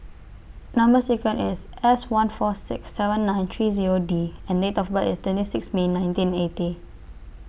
Number sequence IS S one four six seven nine three Zero D and Date of birth IS twenty six May nineteen eighty